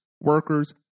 workers